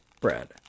Bread